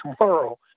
tomorrow